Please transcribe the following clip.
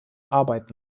arbeit